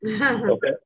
okay